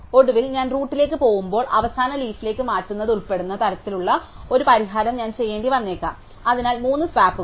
ഒടുവിൽ ഞാൻ റൂട്ടിലേക്ക് പോകുമ്പോൾ അവസാന ലീഫിലേക് മാറ്റുന്നത് ഉൾപ്പെടുന്ന തരത്തിലുള്ള ഒരു പരിഹാരം ഞാൻ ചെയ്യേണ്ടി വന്നേക്കാം അതിനാൽ 3 സ്വാപ്പുകൾ